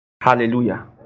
Hallelujah